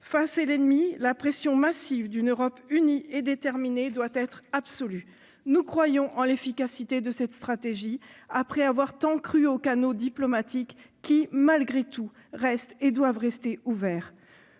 Face à l'ennemi, la pression massive d'une Europe unie et déterminée doit être absolue. Nous croyons en l'efficacité de cette stratégie, après avoir tant cru aux canaux diplomatiques qui, malgré tout, restent et doivent rester ouverts.